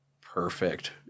perfect